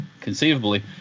conceivably